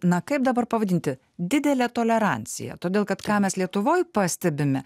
na kaip dabar pavadinti didelė tolerancija todėl kad ką mes lietuvoj pastebime